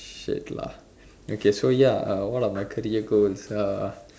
shit lah okay so ya uh what are my career goals uh